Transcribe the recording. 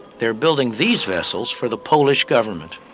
they are building these vessels for the polish government.